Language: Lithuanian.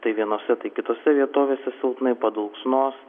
tai vienose tai kitose vietovėse silpnai padulksnos